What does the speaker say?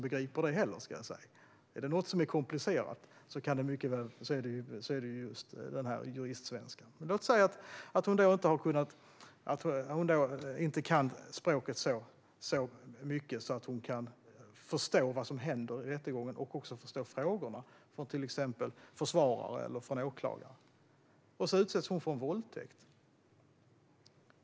Är det något som är komplicerat är det just juristsvenska. Låt säga att den här kvinnan inte kan språket så mycket att hon förstår vad som händer i rättegången eller förstår frågorna från försvarare och åklagare. Tänk om hon till exempel har utsatts för en våldtäkt!